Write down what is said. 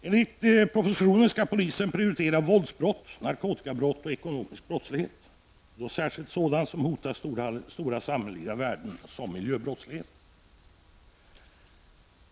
Enligt propositionen skall polisen prioritera våldsbrott, narkotikabrott och ekonomisk brottslighet, och då särskild sådan som hotar stora samhälleliga värden såsom miljöbrottslighet.